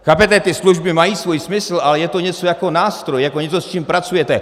Chápete, ty služby mají svůj smysl, ale je to něco jako nástroj, jako něco, s čím pracujete.